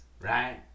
Right